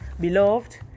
Beloved